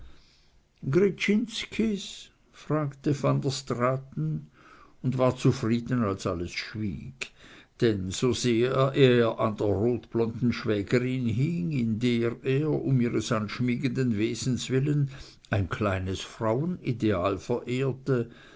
fragte van der straaten und war zufrieden als alles schwieg denn so sehr er an der rotblonden schwägerin hing in der er um ihres anschmiegenden wesens willen ein kleines frauenideal verehrte